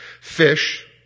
Fish